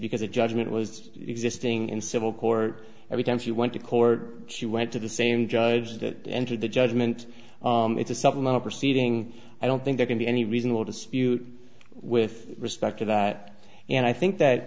because a judgment was existing in civil court every time she went to court she went to the same judge that entered the judgment it's a supplemental proceeding i don't think there can be any reasonable dispute with respect to that and i think that